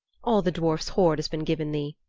all the dwarf's hoard has been given thee.